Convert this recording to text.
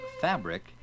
fabric